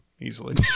easily